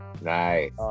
Nice